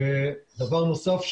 דבר נוסף,